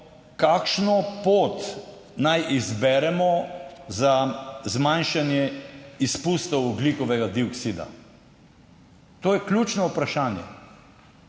kakšno pot naj izberemo za zmanjšanje izpustov ogljikovega dioksida. To je ključno vprašanje